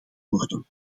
worden